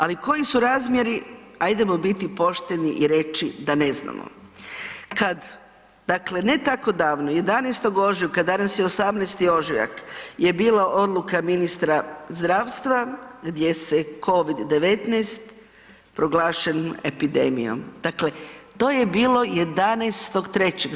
Ali koji su razmjeri hajdemo biti pošteni i reći da ne znamo Kad, dakle ne tako davno, 11. ožujka, danas je 18. ožujak je bila odluka ministra zdravstva gdje se COVID-19 proglašen epidemijom, dakle, to je bilo 11.3.